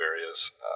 areas